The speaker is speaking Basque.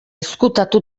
ezkutatu